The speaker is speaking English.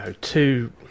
two